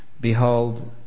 Behold